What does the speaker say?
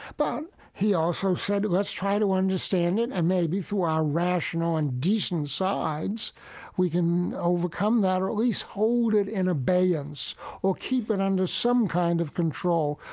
but he also said, let's try to understand it, and maybe through our rational and decent sides we can overcome that or at least hold it in abeyance or keep it under some kind of control,